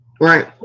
Right